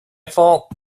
fault